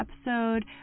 episode